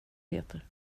peter